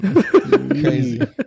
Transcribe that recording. crazy